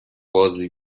بازی